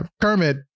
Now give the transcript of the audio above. Kermit